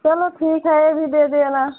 चलो ठीक है यह भी दे देना